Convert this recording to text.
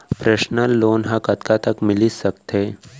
Personal loan ह कतका तक मिलिस सकथे?